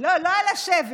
לא על השבי.